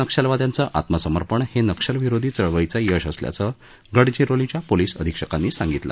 या नक्षलवाद्यांचं आत्मसमर्पण हे नक्षविरोधी चळवळीचं यश असल्याचं गडचिरोलीच्या पोलिस अध्यक्षिकांनी सांगितलं